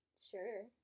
sure